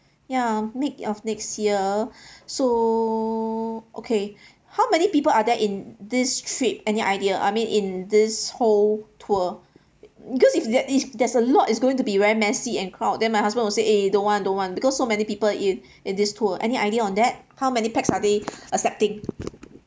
ya mid of next year so okay how many people are there in this trip any idea I mean in this whole tour because if there is there's a lot it's going to be very messy and crowd then my husband will say eh don't want don't want because so many people in in this tour any idea on that how many pax are they accepting